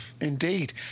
indeed